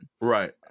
Right